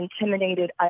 intimidated